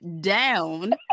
down